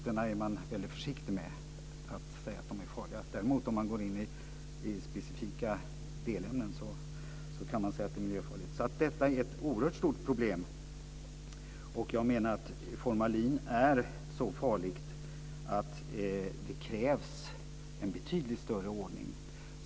Man är mycket försiktig med att säga att de stora volymprodukterna är farliga. Specifika delämnen kan man däremot kalla miljöfarliga. Det gäller ett oerhört stort problem, och jag menar att formalin är så farligt att det krävs en betydligt större ordning.